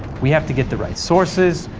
we have to get the right sources,